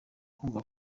kumva